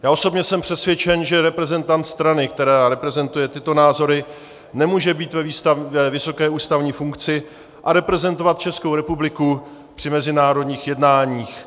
Já osobně jsem přesvědčen, že reprezentant strany, která reprezentuje tyto názory, nemůže být ve vysoké ústavní funkci a reprezentovat Českou republiku při mezinárodních jednáních.